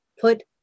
put